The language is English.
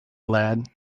lad